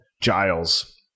Giles